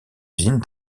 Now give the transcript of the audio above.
usine